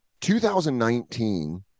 2019